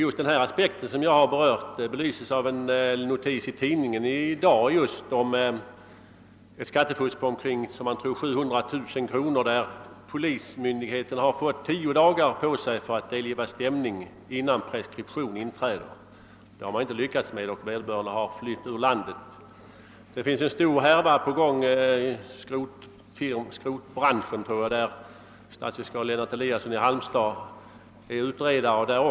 Just den aspekt som jag har berört i min fråga belyses av en notis i tidningarna i dag beträffande skattefusk på omkring 700 000 kr. Polismyndigheten har fått tio dagar på sig för att delge stämning innan preskription inträder. Det har man inte lyckats med, och vederbörande har flytt ur landet. Inom skrotbranschen utreder länsåklagare Lennart Eliasson i Halmstad för närvarande en stor härva.